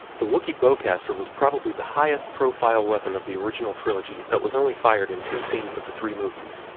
the wookie bowcaster was probably the highest profile weapon of the original trilogy that was only fired in two scenes of the three movies,